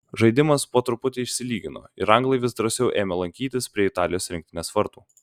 žaidimas po truputį išsilygino ir anglai vis drąsiau ėmė lankytis prie italijos rinktinės vartų